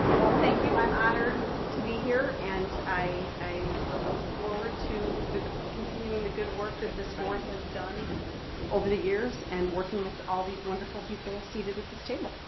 well, thank you. i'm honored to be here and i i look forward to continuing the good work that this board has done over the years and working with all these wonderful people seated at this table.